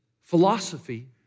philosophy